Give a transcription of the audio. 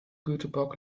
göteborg